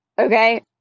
Okay